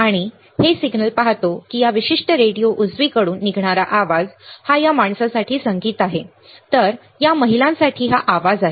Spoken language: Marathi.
आणि आम्ही हे सिग्नल पाहतो की या विशिष्ट रेडिओ उजवीकडून निघणारा आवाज हा या माणसासाठी संगीत आहे तर या महिलांसाठी हा आवाज आहे